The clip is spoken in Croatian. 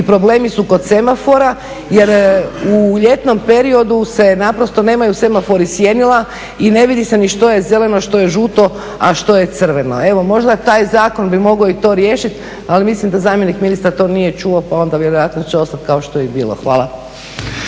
i problemi su kod semafora jer u ljetnom periodu se naprosto, nemaju semafori sjenila i ne vidi se ni što je zeleno, što je žuto a što je crveno. Evo, možda taj zakon bi mogao i to riješiti, ali mislim da zamjenik ministra to nije čuo, pa onda vjerojatno će ostat kao što je i bilo. Hvala.